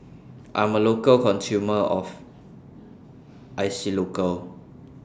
I'm A Local Consumer of Isocal